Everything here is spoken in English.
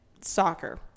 soccer